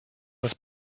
was